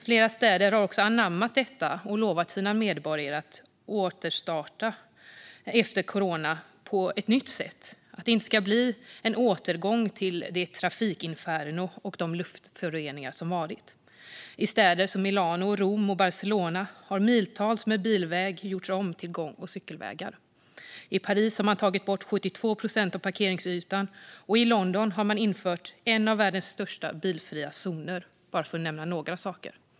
Flera städer har anammat detta och lovat sina medborgare att återstarta på ett nytt sätt efter corona - att det inte ska bli en återgång till de trafikinfernon och luftföroreningar som varit. I städer som Milano, Rom och Barcelona har miltals med bilväg gjorts om till gång och cykelvägar. I Paris har man tagit bort 72 procent av parkeringsytan, och i London har man infört en av världens största bilfria zoner, för att nämna bara några saker.